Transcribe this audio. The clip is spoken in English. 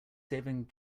saving